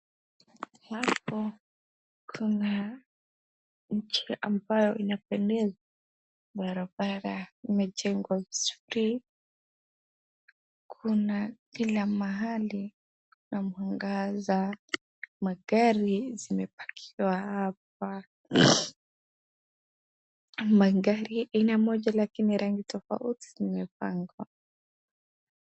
Hapo kuna nchi ambayo inapendeza barabara mejengwa vizuri, kuna kila mahali na mwangaza, magari zimepakiwa hapa, magari aina moja lakini rangi tofauti zimepangwa.